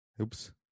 Oops